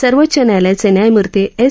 सर्वोच्च न्यायालयाच न्यायमूर्ती एस